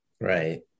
Right